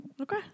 Okay